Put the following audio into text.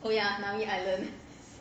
oh ya nami island